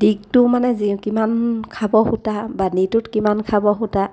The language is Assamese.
দিগটো মানে যি কিমান খাব সূতা বানিটোত কিমান খাব সূতা